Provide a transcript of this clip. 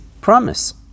promise